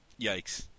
Yikes